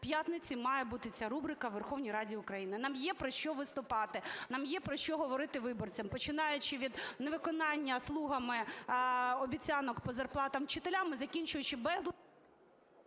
щоп'ятниці має бути ця рубрика у Верховній Раді України. Нам є про що виступати, нам є про що говорити виборцям, починаючи від невиконання "слугами" обіцянок по зарплатам вчителям і закінчуючи...